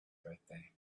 birthday